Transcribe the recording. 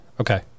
Okay